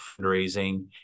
fundraising